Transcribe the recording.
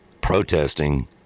protesting